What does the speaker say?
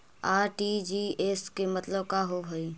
RTGS के मतलब का होव हई?